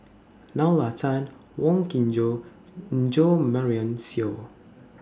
Nalla Tan Wong Kin Jong and Jo Marion Seow